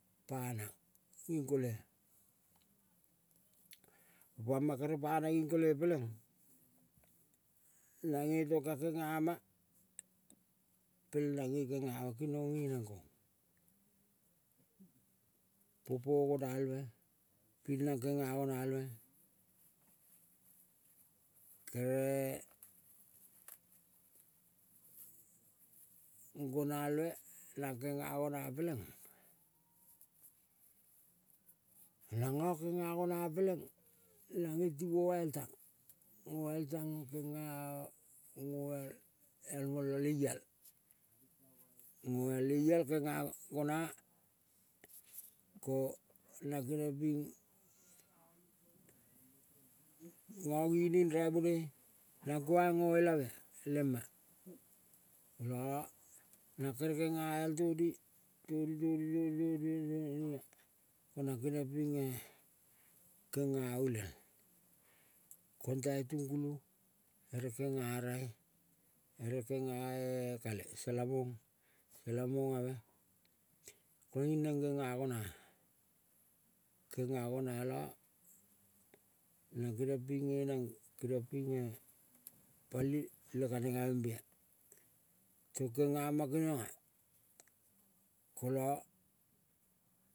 Panang ging kole. Kopama kere panang ging kole peleng nange tong ka kengama peleng nange kengama kingong nge ong kong tong po gonalve pinang kenga gonalve kere gonalve nang kenga gona pelenga nanga kenga gona peleng nange ti ngial tang. Ngoal tang kenga, ngoal el mola leal. Ngoal leial kenga gona. Ko nang keniang ping, ngangining, ral vonoi neng kuang ngoelave lema. Ko la nang kere kenga al toni, toni, toni, toni, toni, toni, tonia konanang keniong pinge kenga. Olial, kontai. Tungulu ere kenga rai ere kengae kale salamong. Salamo ngave. Koiung neng genga. Gona-a kenga gona la neng geniong ping nge neng keniong pinge pali le kanengave mbea tong kengama kenionga kola.